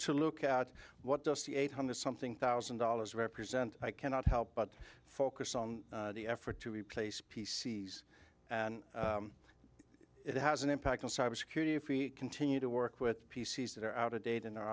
to look at what does the eight hundred something thousand dollars represent i cannot help but focus on the effort to replace p c s it has an impact on cybersecurity if we continue to work with p c s that are out of date in our